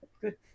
good